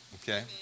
Okay